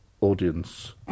audience